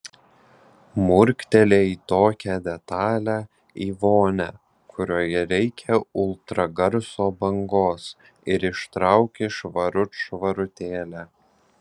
murktelėjai tokią detalią į vonią kurioje veikia ultragarso bangos ir ištrauki švarut švarutėlę